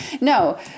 No